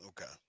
Okay